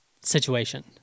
situation